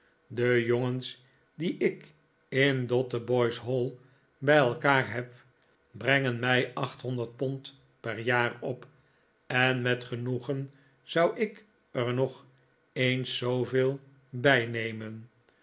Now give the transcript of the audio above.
de jongens die ik in dotheboys hall bij elkaar heb brengen mij achthonderd pond per jaar op en met genoegen zou ik er nog eens zooveel bij nemen